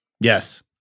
Yes